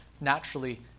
naturally